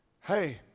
Hey